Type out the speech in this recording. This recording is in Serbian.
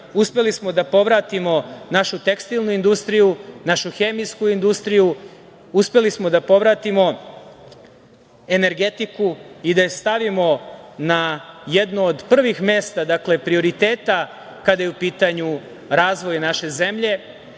uspeli smo da povratimo našu tekstilnu industriju, našu hemijsku industriju, uspeli smo da povratimo energetiku i da je stavimo na jedno od prvih mesta prioriteta kada je u pitanju razvoj naše zemlje